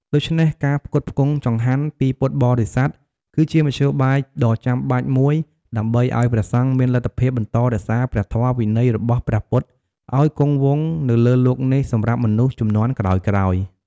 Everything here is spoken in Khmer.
ដូច្នេះ ការផ្គត់ផ្គង់ចង្ហាន់ពីពុទ្ធបរិស័ទ គឺជាមធ្យោបាយដ៏ចាំបាច់មួយដើម្បីឲ្យព្រះសង្ឃមានលទ្ធភាពបន្តរក្សាព្រះធម៌វិន័យរបស់ព្រះពុទ្ធឲ្យគង់វង្សនៅលើលោកនេះសម្រាប់មនុស្សជំនាន់ក្រោយៗ។